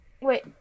wait